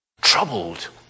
troubled